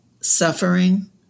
suffering